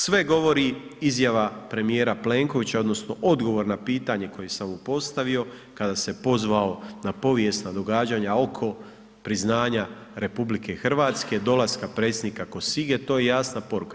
Sve govori izjava premijera Plenkovića, odnosno odgovor na pitanje koje sam mu postavio, kada se pozvao na povijesna događanja oko priznanja RH, dolaska predsjednika Cossige, to je jasna poruka.